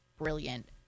brilliant